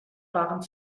waren